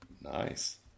Nice